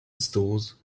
those